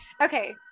Okay